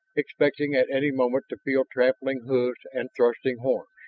expecting at any moment to feel trampling hoofs and thrusting horns.